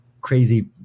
crazy